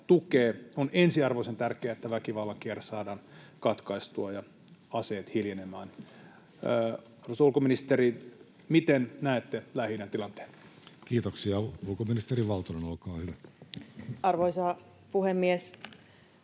On ensiarvoisen tärkeää, että väkivallan kierre saadaan katkaistua ja aseet hiljenemään. Arvoisa ulkoministeri, miten näette Lähi-idän tilanteen? Kiitoksia. — Ulkoministeri Valtonen, olkaa hyvä. Arvoisa puhemies!